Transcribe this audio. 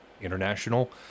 international